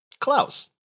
Klaus